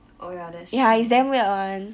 oh ya that's true